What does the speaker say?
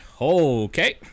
Okay